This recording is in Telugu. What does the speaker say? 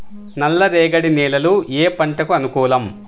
నల్ల రేగడి నేలలు ఏ పంటకు అనుకూలం?